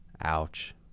Ouch